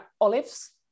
olives